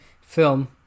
film